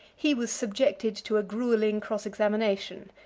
he was subjected to a grueling cross-examination.